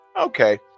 Okay